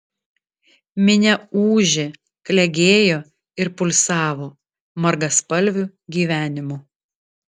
minia ūžė klegėjo ir pulsavo margaspalviu gyvenimu